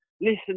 listen